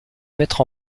mettre